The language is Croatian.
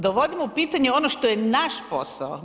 Dovodimo u pitanje ono što je naš posao.